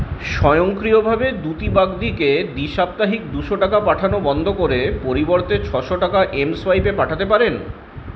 স্বয়ংক্রিয়ভাবে দ্যুতি বাগদিকে দ্বি সাপ্তাহিক দুশো টাকা পাঠানো বন্ধ করে পরিবর্তে ছশো টাকা এমসোয়াইপে পাঠাতে পারেন